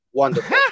wonderful